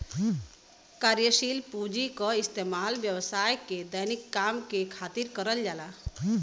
कार्यशील पूँजी क इस्तेमाल व्यवसाय के दैनिक काम के खातिर करल जाला